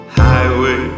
highway